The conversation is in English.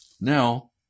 Now